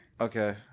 Okay